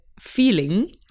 feeling